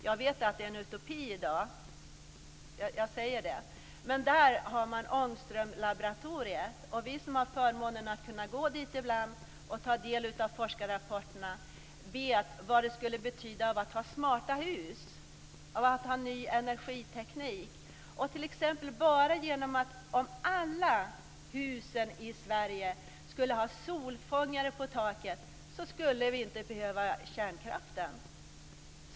Jag vet att det är en utopi i dag. Jag säger det. Men där har man Ångströmlaboratoriet. Vi som har förmånen att kunna gå dit ibland och ta del av forskarrapporterna vet vad det skulle betyda att ha smarta hus och ny energiteknik. Om bara t.ex. alla hus i Sverige skulle ha solfångare på taket så skulle vi inte behöva kärnkraften.